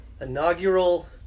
Inaugural